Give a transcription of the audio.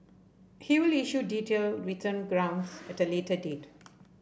he will issue detail written grounds at a later date